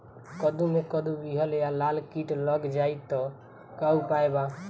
कद्दू मे कद्दू विहल या लाल कीट लग जाइ त का उपाय बा?